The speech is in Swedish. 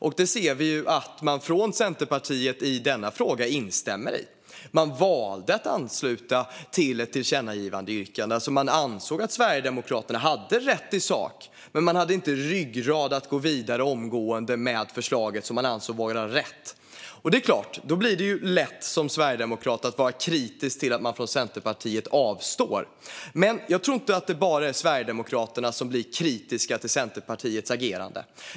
I denna fråga instämmer Centerpartiet. Man valde att ansluta sig till ett tillkännagivandeyrkande där man ansåg att Sverigedemokraterna hade rätt i sak. Men man hade inte ryggrad att gå vidare omgående med det förslag som man ansåg vara rätt. Det är klart att det då blir lätt att som sverigedemokrat vara kritisk till att Centerpartiet avstår. Men jag tror inte att det bara är Sverigedemokraterna som blir kritiska till Centerpartiets agerande.